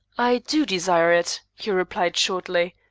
i do desire it, he replied shortly,